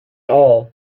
all